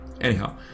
anyhow